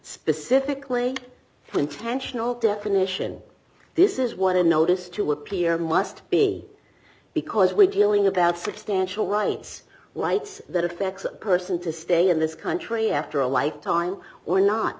specifically intentional definition this is what a notice to appear must be because we're dealing about substantial rights lights that affects a person to stay in this country after a lifetime or not